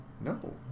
No